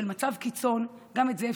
את מצבי הקיצון שהאנשים האלה הגיעו אליהם.